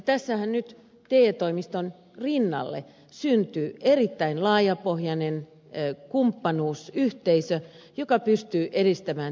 tässähän nyt te toimiston rinnalle syntyy erittäin laajapohjainen kumppanuusyhteisö joka pystyy edistämään työllisyyttä